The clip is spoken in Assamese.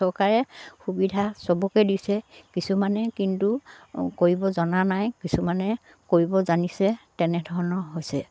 চৰকাৰে সুবিধা চবকে দিছে কিছুমানে কিন্তু কৰিব জনা নাই কিছুমানে কৰিব জানিছে তেনেধৰণৰ হৈছে